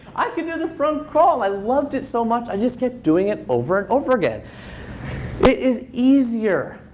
i could do the front crawl. i loved it so much, i just kept doing it over and over again. it is easier.